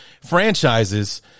franchises